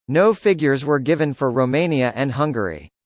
no figures were given for romania and hungary.